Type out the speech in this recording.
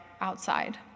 outside